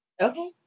Okay